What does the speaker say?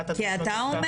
כי אתה אומר,